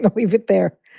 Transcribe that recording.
leave it there.